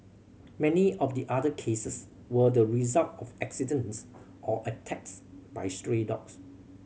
many of the other cases were the result of accidents or attacks by stray dogs